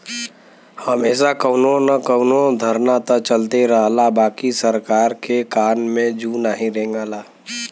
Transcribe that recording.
हमेशा कउनो न कउनो धरना त चलते रहला बाकि सरकार के कान में जू नाही रेंगला